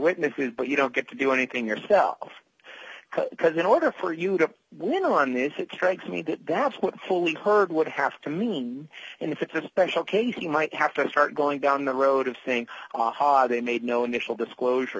witnesses but you don't get to do anything yourself because in order for you to win on this it strikes me that that's what fully heard would have to mean and if it's a special case you might have to start going down the road of think aha they made no initial disclosure